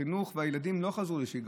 החינוך והילדים לא חזרו לשגרה.